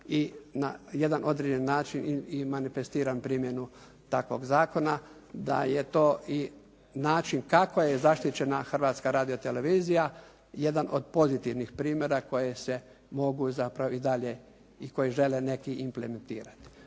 i na jedan određen način i manifestiram primjenu takvog zakona, da je to i način kako je zaštićena Hrvatska radiotelevizija jedan od pozitivnih primjera koji se mogu zapravo i dalje i koji žele neki implementirati.